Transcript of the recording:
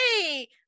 Hey